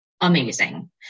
Amazing